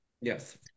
Yes